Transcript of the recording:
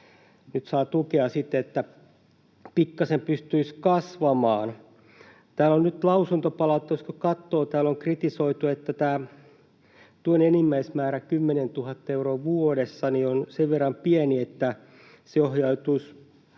sitten tukea, että pikkasen pystyisi kasvamaan. Lausuntopalautetta kun katsoo, niin täällä on kritisoitu, että tämä tuen enimmäismäärä, 10 000 euroa vuodessa, on sen verran pieni, että se ohjautuisi